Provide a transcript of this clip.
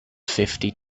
fifty